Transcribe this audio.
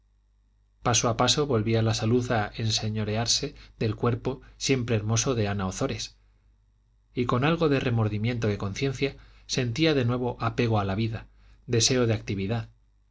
paso a paso volvía la salud a enseñorearse del cuerpo siempre hermoso de ana ozores y con algo de remordimiento de conciencia sentía de nuevo apego a la vida deseo de actividad